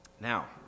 Now